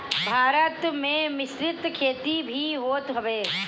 भारत में मिश्रित खेती भी होत हवे